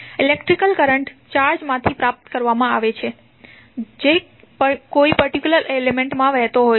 electrical current ચાર્જમાંથી પ્રાપ્ત કરવામાં આવે છે જે કોઈ પર્ટિક્યુલર એલિમેન્ટમાં વહેતો હોય છે